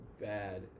bad